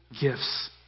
gifts